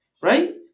right